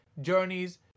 journeys